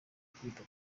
kwita